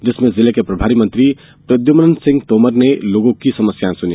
जिसमें जिले के प्रभारी मंत्री प्रद्यमन सिंह तोमर ने लोगों की समस्याएं सुनी